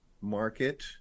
market